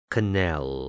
Canal